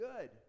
good